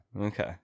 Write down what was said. Okay